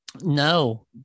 no